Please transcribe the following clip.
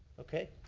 okay,